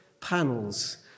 panels